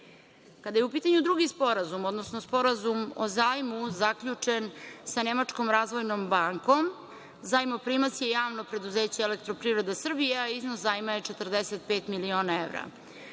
je u pitanju drugi sporazum, odnosno Sporazum o zajmu zaključen sa Nemačkom razvojnom bankom, zajmoprimac je JP „Elektroprivreda Srbije“, a iznos zajma je 45 miliona evra.